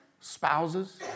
spouses